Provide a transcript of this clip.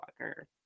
walker